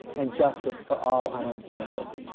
and justice for all on our campus.